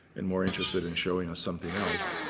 and more interested in showing us something else.